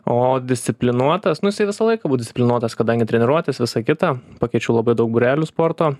o disciplinuotas nu jisai visą laiką buvo disciplinuotas kadangi treniruotės visa kita pakeičiau labai daug būrelių sporto